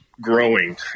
growing